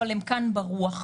אבל הם כאן ברוח.